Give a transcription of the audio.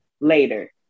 later